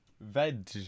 Veg